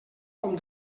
com